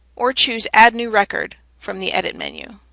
or choose add new record from the edit menu,